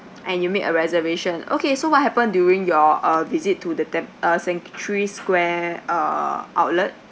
and you make a reservation okay so what happened during your uh visit to the tem~ uh century square uh outlet